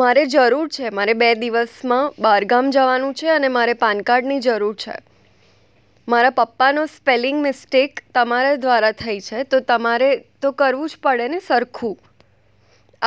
મારે જરૂર છે મારે બે દિવસમાં બહાર ગામ જવાનું છે અને મારે પાનકાર્ડની જરૂર છે મારા પપ્પાનો સ્પેલિંગ મિસ્ટેક તમારા દ્વારા થઈ છે તો તમારે તો કરવું જ પડેને સરખું